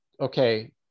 okay